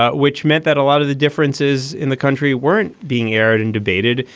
ah which meant that a lot of the differences in the country weren't being aired and debated.